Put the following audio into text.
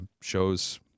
shows